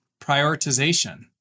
prioritization